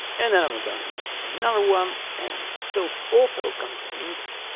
and then i'm gonna make another one. and the soap also contains